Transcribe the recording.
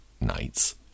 nights